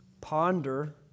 ponder